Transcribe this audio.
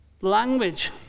language